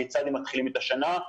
כיצד הם מתחילים את השנה.